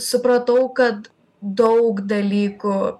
supratau kad daug dalykų